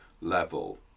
level